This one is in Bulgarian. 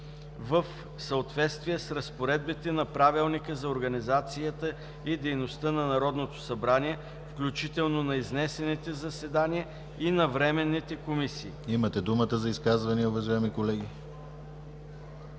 в съответствие с разпоредбите на Правилника за организацията и дейността на Народното събрание, включително на изнесените заседания и на временните комисии.“ ПРЕДСЕДАТЕЛ ДИМИТЪР ГЛАВЧЕВ: Имате думата за изказвания, уважаеми колеги.